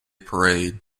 parade